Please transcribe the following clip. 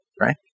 right